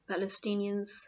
Palestinians